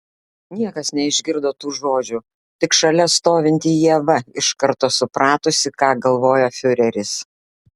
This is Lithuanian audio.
niekas neišgirdo tų žodžių tik šalia stovinti ieva iš karto supratusi ką galvoja fiureris